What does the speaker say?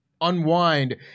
unwind